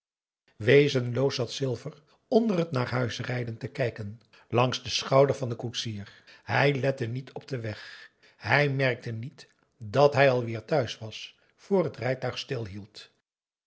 wezenloos zat silver onder het naar huis rijden te kijken langs den schouder van den koetsier hij lette niet op den weg hij merkte niet dat hij alweer thuis was vr het rijtuig